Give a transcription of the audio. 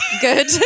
Good